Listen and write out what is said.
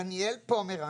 דניאל פומרנץ,